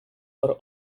for